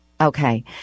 Okay